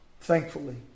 thankfully